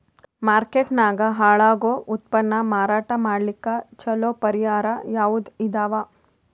Market ನಾಗ ಹಾಳಾಗೋ ಉತ್ಪನ್ನ ಮಾರಾಟ ಮಾಡಲಿಕ್ಕ ಚಲೋ ಪರಿಹಾರ ಯಾವುದ್ ಇದಾವ?